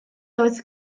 oedd